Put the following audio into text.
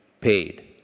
paid